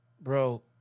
Bro